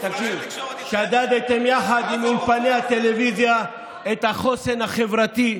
שדדתם יחד עם אולפני הטלוויזיה את החוסן החברתי,